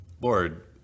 Lord